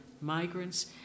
migrants